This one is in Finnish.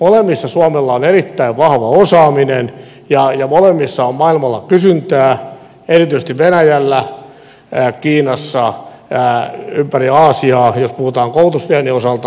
molemmissa suomella on erittäin vahva osaaminen ja molemmissa on maailmalla kysyntää erityisesti venäjällä kiinassa ympäri aasiaa jos puhutaan koulutusviennin osalta